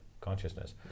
consciousness